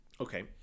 Okay